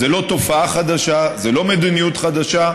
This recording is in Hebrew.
זו לא תופעה חדשה, זו לא מדיניות חדשה.